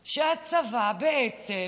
שהצבא, בעצם